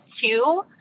two